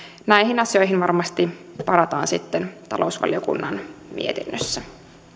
näihin asioihin varmasti palataan sitten talousvaliokunnan mietinnössä